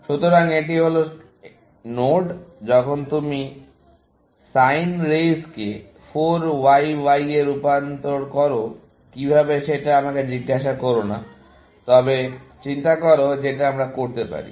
সুতরাং এটি হল নোড যখন তুমি sin raise কে 4 Y Y এ রূপান্তর করো কীভাবে সেটা আমাকে জিজ্ঞাসা করো না তবে চিন্তা করো যেটা আমরা করতে পারি